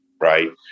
right